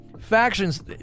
Factions